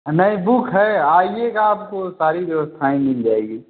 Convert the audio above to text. नहीँ book है आइएगा आपको सारी व्यवस्थाएं मिल जाएगी